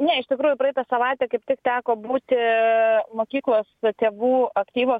ne iš tikrųjų praeitą savaitę kaip tik teko būti mokyklos tėvų aktyvo